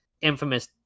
infamous